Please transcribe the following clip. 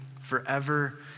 forever